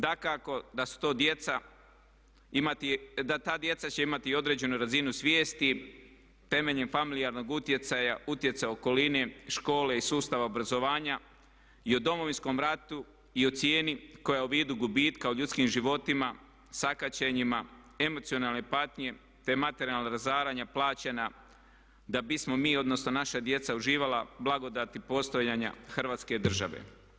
Dakako da ta djeca će imati određenu razinu svijesti temeljem familijarnog utjecaja, utjecaja okoline, škole i sustava obrazovanja i o Domovinskom ratu i o cijeni koja u vidu gubitka o ljudskim životima, sakaćenjima, emocionalne patnje te materijalna razaranja plaćena da bismo mi odnosno naša djeca uživala blagodati postojanja Hrvatske države.